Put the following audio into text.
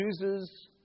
chooses